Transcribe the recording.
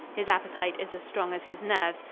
his appetite is as strong as his nerves,